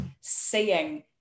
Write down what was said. seeing